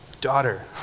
daughter